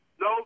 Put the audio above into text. No